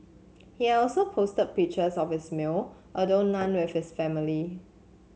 he also posted pictures of his meal although none with his family